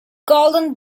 golden